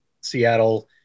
Seattle